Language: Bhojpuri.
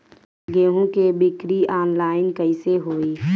गेहूं के बिक्री आनलाइन कइसे होई?